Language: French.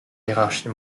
hiérarchie